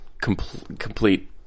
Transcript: complete